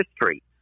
history